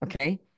Okay